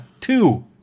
Two